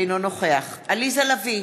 אינו נוכח עליזה לביא,